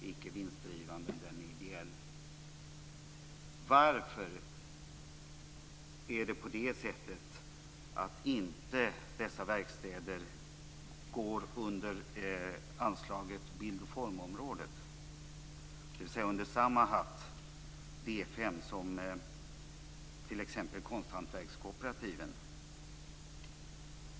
I dag är verkstäderna 22 stycken med 3 500 medlemmar. Medlemmarna består av professionella konstnärer och konsthantverkare. Verksamheten är icke vinstdrivande, den är ideell.